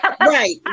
Right